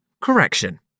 correction